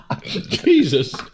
Jesus